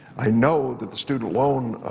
i know that the student loan